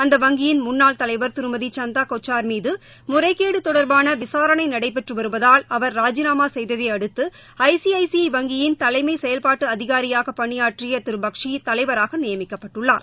அந்த வங்கியின் முன்னாள் தலைவா் திருமதி சந்தா கொச்சாா் மீது முறைகேடு தொடா்பாள விசாரணை நடைபெற்று வருவதால் அவர் ராஜிநாமா செய்ததை அடுத்து ஐ சி ஐ சி ஐ வங்கியின் தலைமை செயல்பாட்டு அதிகாரியாக பணியாற்றிய திரு பக்ஷி தலைவராக நியமிக்கப்பட்டுள்ளார்